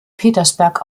petersberg